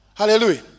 Hallelujah